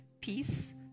peace